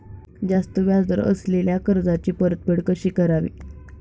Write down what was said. जास्त व्याज दर असलेल्या कर्जाची परतफेड कशी करावी?